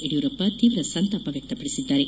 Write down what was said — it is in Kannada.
ಯಡಿಯೂರಪ್ಪ ತೀವ್ರ ಸಂತಾಪ ವ್ಯಕ್ತಪಡಿಸಿದ್ದಾರೆ